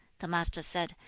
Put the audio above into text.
the master said,